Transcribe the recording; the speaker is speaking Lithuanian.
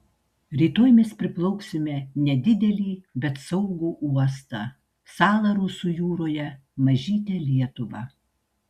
rytoj mes priplauksime nedidelį bet saugų uostą salą rusų jūroje mažytę lietuvą